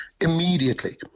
immediately